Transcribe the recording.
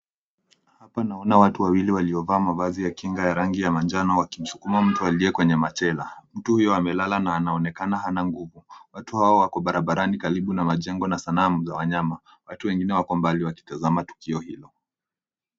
Hapa naona watu wawili waliovaa mavazi ya kinga ya rangi ya manjano wakichukua mtu aliye kwenye machela mtu huyu amelala na anaonekana hana nguvu, watu hawa wako barabarani karibu na majengo na sanamu za wanyama watu wengine wako mbali wakitazama tukio hilo.